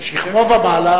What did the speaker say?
משכמו ומעלה.